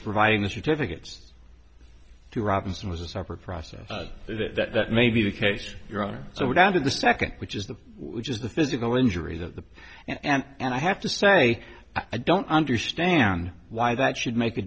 providing the certificates to robinson was a separate process that that may be the case your honor so we're down to the second which is the which is the physical injury the and and i have to say i don't understand why that should make a